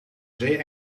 zee